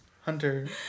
hunter